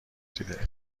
دیده